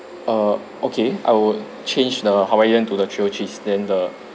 err okay I would change the hawaiian to the trio cheese then the